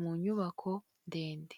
mu nyubako ndende.